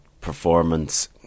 performance